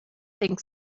think